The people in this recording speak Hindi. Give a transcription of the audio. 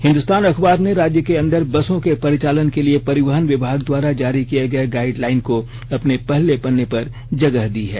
हिंदुस्तान अखबार ने राज्य के अंदर बसों के परिचालन के लिए परिवहन विभाग द्वारा जारी किये गए गाइडलाइन को अपने पहले पन्ने पर जगह दी है